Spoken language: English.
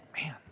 Man